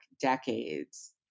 decades